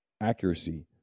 accuracy